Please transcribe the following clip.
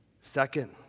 Second